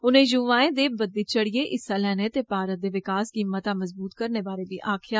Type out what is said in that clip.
उनें युवाएं दे बदी चढ़िये हिस्सा लेने ते भारत दे विकास गी मता मजबूत करने बारै बी आक्खेआ